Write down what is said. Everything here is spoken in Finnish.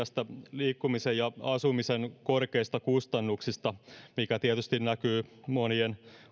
liikkumisen ja asumisen korkeista kustannuksista mikä tietysti näkyy monien